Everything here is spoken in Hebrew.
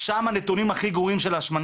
אבל שם הנתונים הגרועים ביותר של ההשמנה,